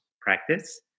practice